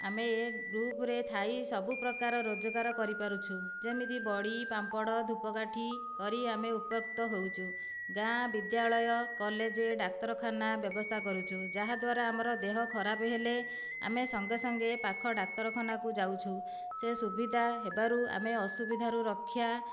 ଆମେ ଏ ଗ୍ରୁପ ରେ ଥାଇ ସବୁ ପ୍ରକାର ରୋଜଗାର କରିପାରୁଛୁ ଯେମିତି ବଡ଼ି ପାମ୍ପଡ଼ ଧୂପକାଠି କରି ଆମେ ଉପକୃତ ହେଉଛୁ ଗାଁ ବିଦ୍ୟାଳୟ କଲେଜ ଡାକ୍ତରଖାନା ବ୍ୟବସ୍ଥା କରୁଛୁ ଯାହାଦ୍ୱାରା ଆମର ଦେହ ଖରାପ ହେଲେ ଆମେ ସଙ୍ଗେ ସଙ୍ଗେ ପାଖ ଡାକ୍ତରଖାନା କୁ ଯାଉଛୁ ସେ ସୁବିଧା ହେବାରୁ ଆମେ ଅସୁବିଧା ରୁ ରକ୍ଷା